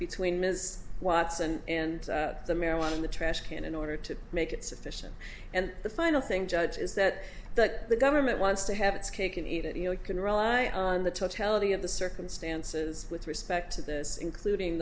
between ms watson and the marijuana in the trash can in order to make it sufficient and the final thing judge is that the government wants to have its cake and eat it you know it can rely on the totality of the circumstances with respect to this including